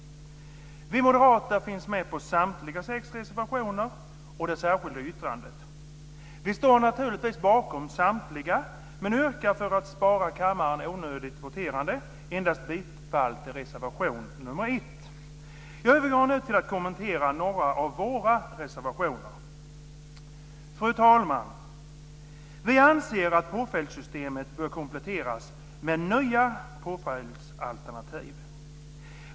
Vi moderater finns med på samtliga sex reservationer och det särskilda yttrandet. Vi står naturligtvis bakom samtliga men yrkar för att spara kammaren onödigt voterande, endast bifall till reservation 1. Jag övergår nu till att kommentera några av våra reservationer. Fru talman! Vi anser att påföljdssystemet bör kompletteras med nya påföljdsalternativ.